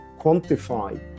quantify